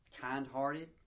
kind-hearted